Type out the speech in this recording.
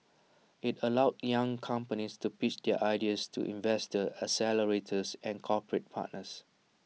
IT allows young companies to pitch their ideas to investors accelerators and corporate partners